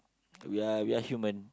we we are human